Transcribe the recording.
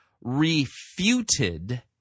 refuted